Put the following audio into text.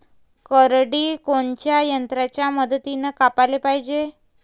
करडी कोनच्या यंत्राच्या मदतीनं कापाले पायजे?